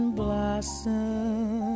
blossom